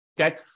Okay